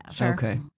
Okay